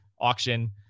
auction